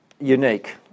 unique